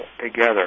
together